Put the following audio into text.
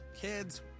Kids